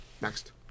Next